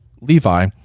Levi